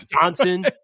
Johnson